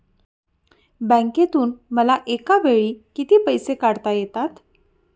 बँकेतून मला एकावेळी किती पैसे काढता येतात?